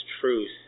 truth